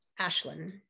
Ashlyn